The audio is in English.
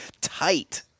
tight